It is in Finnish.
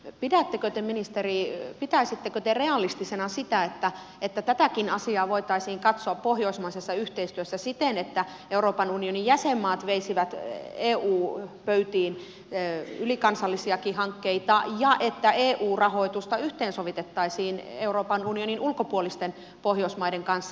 pitäisittekö te ministeri realistisena sitä että tätäkin asiaa voitaisiin katsoa pohjoismaisessa yhteistyössä siten että euroopan unionin jäsenmaat veisivät eu pöytiin ylikansallisiakin hankkeita ja että eu rahoitusta yhteensovitettaisiin euroopan unionin ulkopuolisten pohjoismaiden kanssa